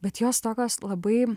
bet jos tokios labai